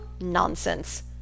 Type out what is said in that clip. Nonsense